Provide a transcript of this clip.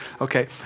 Okay